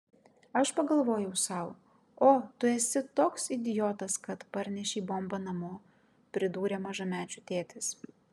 aš pagalvojau sau o tu esi toks idiotas kad parnešei bombą namo pridūrė mažamečių tėtis